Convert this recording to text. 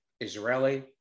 Israeli